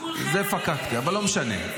זה פקקטה, אבל לא משנה.